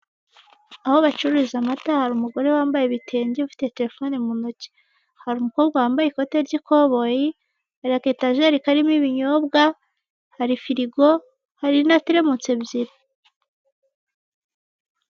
Aho bacururiza amata hari umugore wambaye ibitenge ufite telephone mu ntoki, hari umukobwa wambaye ikoti ry'ikoboyi hari akatajeri karimo ibinyobwa hari firigo, hari na teremusi Ebyiri.